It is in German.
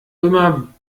immer